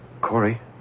Corey